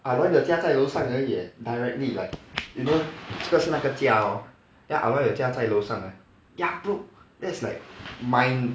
ah loi 的家在楼上而已 eh directly like you know 这个是那个家 hor then ah loi 的家在楼上 ya bro that's like mind